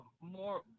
more